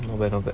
ya not bad